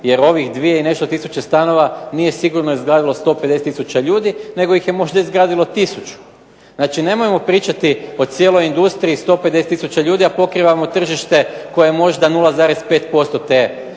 Jer ovih 2 i nešto tisuće stanova nije sigurno izgradilo 150 tisuća ljudi nego ih je možda izgradilo tisuću. Znači, nemojmo pričati o cijeloj industriji i 150 tisuća ljudi, a pokrivamo tržište koje je možda 0,5% te